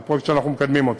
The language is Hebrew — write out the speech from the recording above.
זה פרויקט שאנחנו מקדמים.